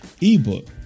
ebook